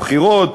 בחירות,